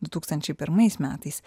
du tūkstančiai pirmais metais